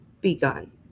begun